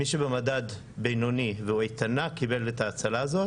מי שבמדד בינוני והוא איתנה, קיבל את ההאצלה הזאת.